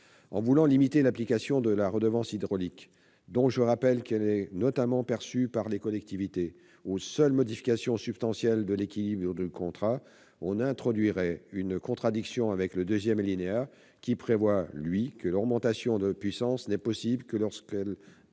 En voulant limiter l'application de la redevance hydraulique, qui est notamment perçue par les collectivités, aux seules modifications substantielles de l'équilibre du contrat, on introduirait une contradiction avec le deuxième alinéa. Celui-ci prévoit que l'augmentation de puissance n'est possible que lorsqu'elle n'implique